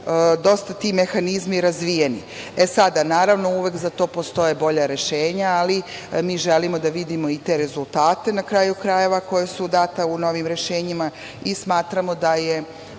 dosta ti mehanizmi razvijeni. Sada, naravno, uvek za to postoje bolja rešenja, ali mi želimo da vidimo i te rezultate, na kraju krajeva, koja su data u novim rešenjima, i smatramo da je